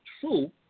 True